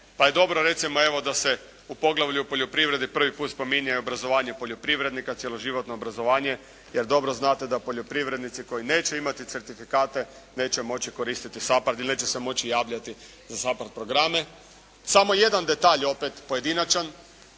pa je dobro recimo evo da se u poglavlju o poljoprivredi prvi put spominje obrazovanje poljoprivrednika, cijeloživotno obrazovanje jer dobro znate da poljoprivrednici koji neće imati certifikate neće moći koristiti SAPARD ili neće se moći javljati za SAPARD programe. Samo jedan detalj opet pojedinačan.